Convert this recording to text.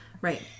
Right